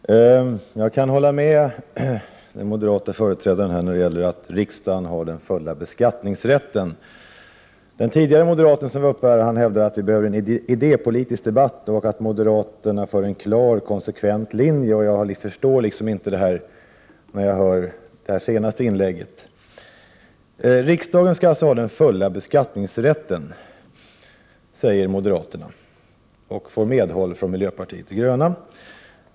Herr talman! Jag kan hålla med den moderate företrädaren om att riksdagen har den fulla beskattningsrätten. Den moderat som dessförinnan talade hävdade att vi behöver en idépolitisk debatt och att moderaterna har en klar och konsekvent linje. Jag förstår inte detta när jag hör det senaste inlägget. Riksdagen skall ha den fulla beskattningsrätten, säger alltså moderaterna, och de får medhåll av miljöpartiet de gröna.